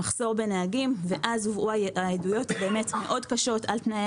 במחסור בנהגים ואז הובאו עדויות קשות מאוד על תנאי